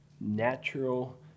natural